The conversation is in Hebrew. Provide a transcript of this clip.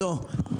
כן.